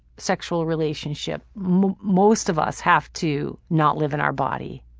sexual relationship, most of us have to. not live in our body,